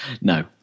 no